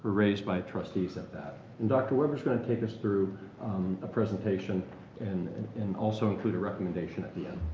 raised by trustees at that. and dr. weber is going to take us through a presentation and and also include a recommendation at the end.